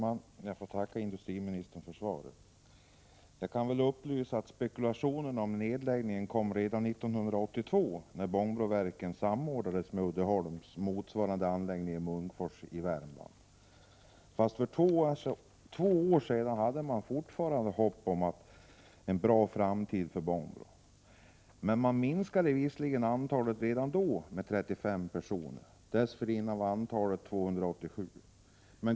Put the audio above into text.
Fru talman! Jag tackar industriministern för svaret. Jag kan upplysa att spekulationer om en nedläggning kom redan 1982 när Bångbroverken samordnades med Uddeholms motsvarande anläggning i Munkfors i Värmland. För två år sedan hade man fortfarande hopp om en bra framtid för Bångbro. Redan då minskades visserligen antalet anställda med 35 personer. Dessförinnan var antalet 287.